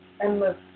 endless